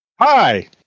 Hi